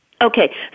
Okay